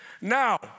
Now